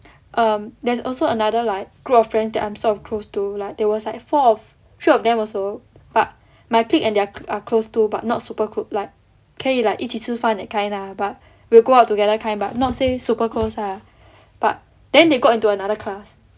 um there's also another like group of friends that I'm sort of close to like there was like four of three of them also but my clique and their clique are close to but not super close like 可以 like 一起吃饭 that kind lah but we'll go out together kind but not say super close lah but then they got into another class